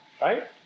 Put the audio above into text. Right